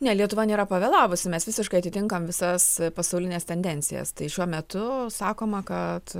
ne lietuva nėra pavėlavusi mes visiškai atitinkam visas pasaulines tendencijas tai šiuo metu sakoma kad